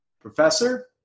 Professor